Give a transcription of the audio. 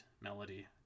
melody